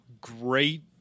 great